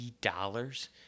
dollars